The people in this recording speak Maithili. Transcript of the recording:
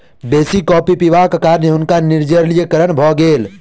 बेसी कॉफ़ी पिबाक कारणें हुनका निर्जलीकरण भ गेल